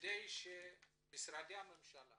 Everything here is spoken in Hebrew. שמשרדי הממשלה